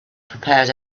prepared